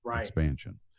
expansion